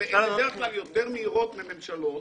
הן בדרך כלל יותר מהירות מממשלות